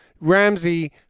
Ramsey